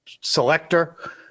selector